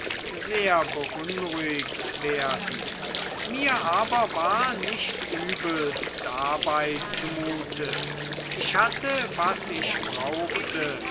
sehr beunruhigt werden mir aber war nicht übel dabei zumute ich hatte was ich brauchte